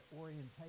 orientation